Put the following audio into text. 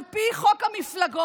על פי חוק המפלגות,